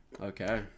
Okay